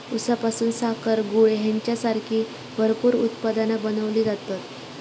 ऊसापासून साखर, गूळ हेंच्यासारखी भरपूर उत्पादना बनवली जातत